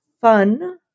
Fun